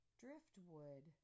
driftwood